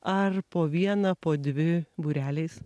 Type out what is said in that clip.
ar po vieną po dvi būreliais